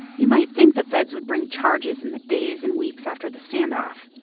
you might think the feds would bring charges in the days and weeks after the standoff.